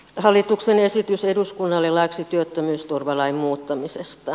hallituksen esitys eduskunnalle laiksi työttömyysturvalain muuttamisesta